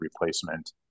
replacement